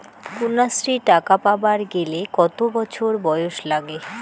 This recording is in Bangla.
কন্যাশ্রী টাকা পাবার গেলে কতো বছর বয়স লাগে?